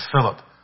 Philip